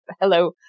Hello